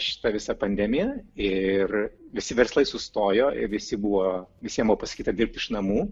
šita visa pandemija ir visi verslai sustojo visi buvo visiem buvo pasakyta dirbti iš namų